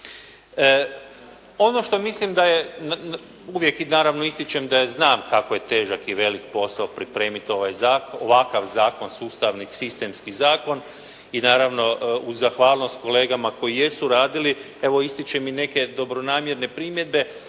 Ono što mislim da je, uvijek naravno ističem da znam kako je težak i veliki posao pripremiti ovakav zakon, sustavni sistemski zakon i naravno uz zahvalnost kolegama koji jesu radili, evo ističem i neke dobronamjerne primjedbe.